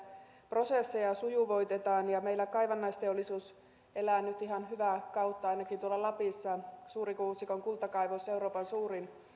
prosesseja sujuvoitetaan meillä kaivannaisteollisuus elää nyt ihan hyvää kautta ainakin tuolla lapissa suurikuusikon kultakaivos euroopan suurin